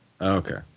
Okay